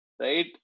right